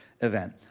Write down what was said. event